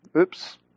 Oops